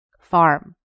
farm